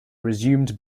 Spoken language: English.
resumed